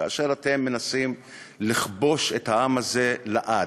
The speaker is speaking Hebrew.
כאשר אתם מנסים לכבוש את העם הזה לעד,